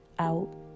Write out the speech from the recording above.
out